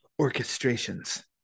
orchestrations